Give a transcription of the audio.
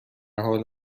حال